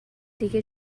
دیگه